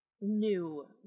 new